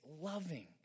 loving